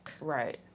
Right